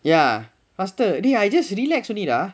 ya faster I just relax only ah